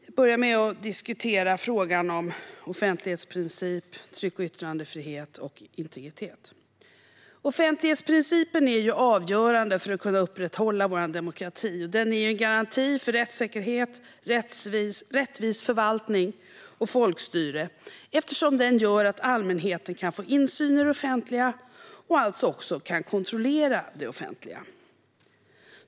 Jag börjar med att diskutera frågan om offentlighetsprincipen, tryck och yttrandefrihet och integritet. Offentlighetsprincipen är avgörande för att kunna upprätthålla vår demokrati. Den är en garanti för rättssäkerhet, rättvis förvaltning och folkstyre eftersom den gör att allmänheten kan få insyn i det offentliga och även kan kontrollera det offentliga.